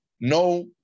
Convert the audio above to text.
No